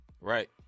Right